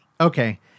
Okay